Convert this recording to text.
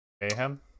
Mayhem